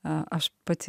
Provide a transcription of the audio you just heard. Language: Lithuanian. aš pati